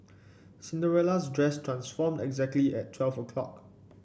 Cinderella's dress transformed exactly at twelve o'clock